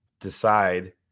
decide